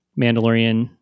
Mandalorian